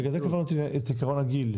בגלל זה אמרתי את עיקרון הגיל,